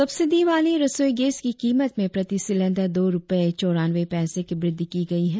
subsidy वाली रसोई gas की कीमत में प्रति सिलेंडर दो रुपए चौरानवें पैसे की वृद्धि की गई है